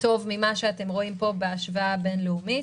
טוב ממה שרואים כאן בהשוואה בין-לאומית.